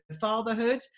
fatherhood